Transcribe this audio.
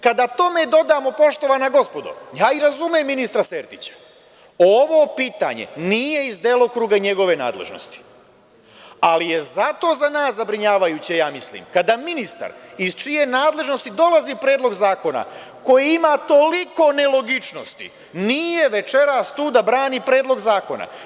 Kada tome dodamo, poštovana gospodo, ja i razumem ministra Sertića, ovo pitanje nije iz delokruga njegove nadležnosti, ali je zato za nas zabrinjavajuće, ja mislim, kada ministar iz čije nadležnosti dolazi predlog zakona, koji ima toliko nelogičnosti, nije večeras tu da brani predlog zakona.